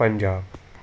Punjab